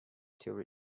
theory